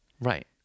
Right